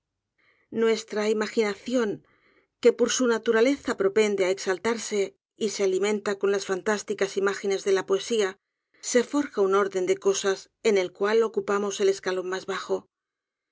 nuestra imaginación que por su naturaleza propende á exaltarse y se alimenta con las fantásticas imágenes de la poe ua se forja un orden de cosas en el cual ocupamos el escalón mas bajo